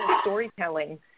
storytelling